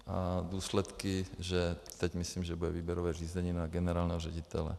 A důsledky, že teď, myslím, bude výběrové řízení na generálního ředitele.